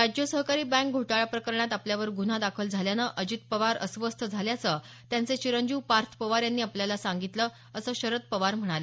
राज्य सहकारी बँक घोटाळा प्रकरणात आपल्यावर गुन्हा दाखल झाल्यानं अजित पवार अस्वस्थ झाल्याचं त्यांचे चिरंजीव पार्थ पवार यांनी आपल्याला सांगितलं असं शरद पवार म्हणाले